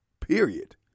period